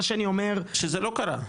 מה שאני אומר --- שזה לא קרה.